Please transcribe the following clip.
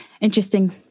Interesting